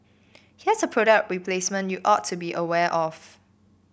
here's a product placement you ought to be aware of